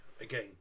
again